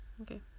Okay